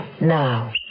Now